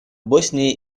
боснии